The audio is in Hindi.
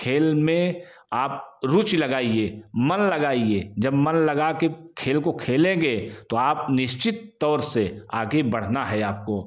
खेल में आप रूचि लगाइए मन लगाइए जब मन लगा के खेल को खेलेंगे तो आप निश्चित तौर से आगे बढ़ना है आपको